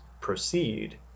proceed